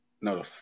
No